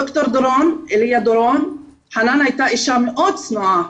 ד"ר אליה דורון: חנאן הייתה אישה מאוד צנועה,